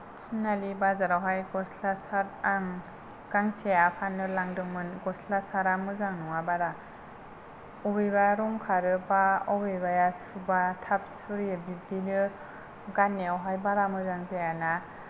थिनालि बाजारावहाय गस्ला सार्ट आं गांसे आफानो लांदोंमोन गस्ला सार्टा मोजां नङा बारा बबेबा रं खारो एबा बबेबाया सुबा थाब सुरियो बिब्दिनो गाननायावहाय बारा मोजां जायाना